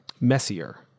messier